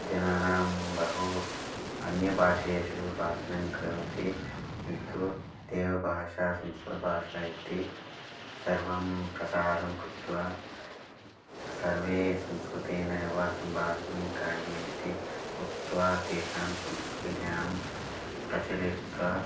जनानां बहु अन्यभाषासु भाषणं करोति किन्तु देवभाषा संस्कृतभाषा इति सर्वं प्रचारं कृत्वा सर्वे संस्कृतेन एव सम्भाषणं करणीयमिति उक्त्वा तेषां संस्कृतज्ञानं प्रचलित्वा